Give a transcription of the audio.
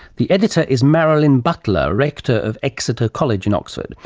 the editor is marilyn butler, rector of exeter college in oxford.